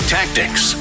Tactics